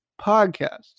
podcast